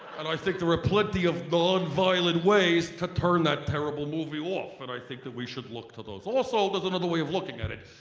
and i think there are ah plenty of nonviolent ways to turn that terrible movie off but and i think that we should look to those. also, there's another way of looking at it.